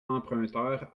emprunteurs